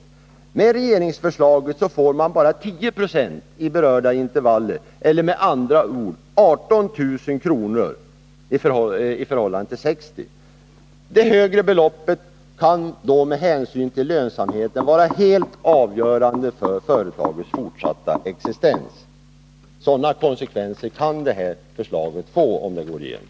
Enligt regeringsförslaget får Jämtlandsföretaget bara 10 26 av transportkostnaden eller med andra ord 18 000 kr. Det högre beloppet i transportstöd kan vara helt avgörande för lönsamheten och därmed för företagets fortsatta existens. Man måste betänka vilka konsekvenser det kan få om ert förslag går igenom.